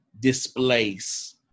displace